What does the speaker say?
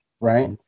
Right